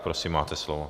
Prosím, máte slovo.